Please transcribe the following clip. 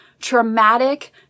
traumatic